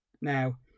Now